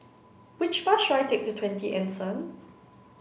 which bus should I take to Twenty Anson